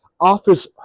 offers